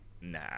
Nah